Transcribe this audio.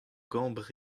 gambr